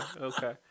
Okay